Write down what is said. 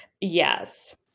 Yes